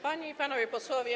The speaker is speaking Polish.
Panie i Panowie Posłowie!